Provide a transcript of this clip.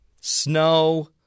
Snow